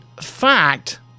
fact